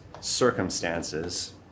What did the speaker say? circumstances